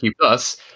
plus